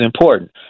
important